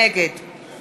נגד